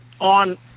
on